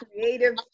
creative